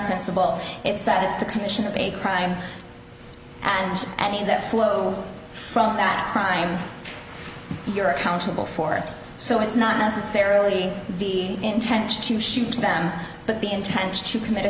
principle it's that it's the commission of a crime and any of that flow from that crime you're accountable for it so it's not necessarily the intention to shoot them but the intent to commit a